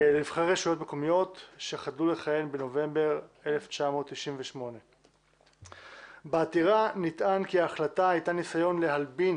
נבחרי רשויות מקומיות שחדלו לכהן בנובמבר 1998. בעתירה נטען כי ההחלטה הייתה ניסיון להלבין